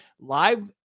live